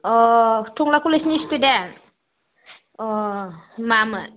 अ टंला कलेजनि स्टुडेन्ट अ मामोन